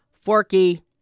Forky